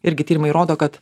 irgi tyrimai rodo kad